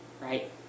right